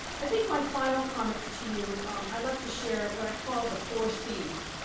i think my final comments to you i'd like to share what i call the four cs.